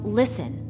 listen